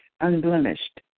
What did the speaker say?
unblemished